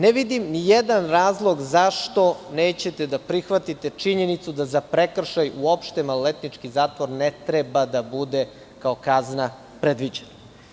Ne vidim nijedan razlog zašto nećete da prihvatite činjenicu da za prekršaj uopšte maloletnički zatvor ne treba da bude kao kazna predviđen.